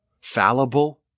fallible